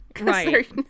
Right